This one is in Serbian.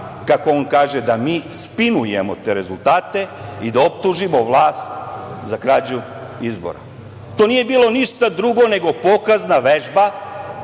kako on kaže, da mi spinujemo te rezultate i da optužimo vlast za krađu izbora. To nije bilo ništa drugo nego pokazna vežba,